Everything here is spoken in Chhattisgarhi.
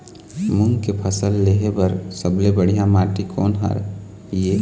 मूंग के फसल लेहे बर सबले बढ़िया माटी कोन हर ये?